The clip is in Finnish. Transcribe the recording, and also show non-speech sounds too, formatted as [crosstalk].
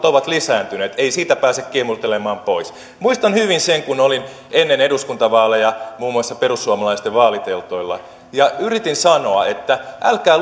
[unintelligible] ovat lisääntyneet ei siitä pääse kiemurtelemaan pois muistan hyvin sen kun olin ennen eduskuntavaaleja muun muassa perussuomalaisten vaaliteltoilla ja yritin sanoa että älkää [unintelligible]